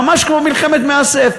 ממש כמו מלחמת מאסף,